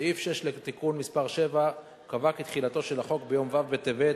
סעיף 6 לתיקון מס' 7 קובע כי תחילתו של החוק ביום ו' בטבת,